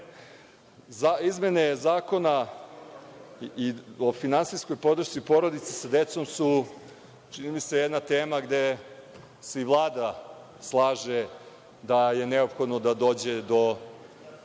Zakona o finansijskoj podršci porodici sa decom su jedna tema gde se i Vlada slaže da je neophodno da dođe do